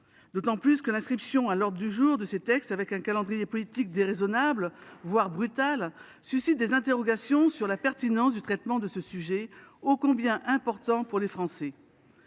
De surcroît, l’inscription à l’ordre du jour de ces textes avec un calendrier politique déraisonnable, voire brutal, suscite des interrogations sur la pertinence du traitement de ce sujet ô combien important pour les Français.